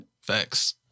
Facts